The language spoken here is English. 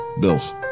Bills